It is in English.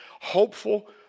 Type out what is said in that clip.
hopeful